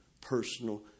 personal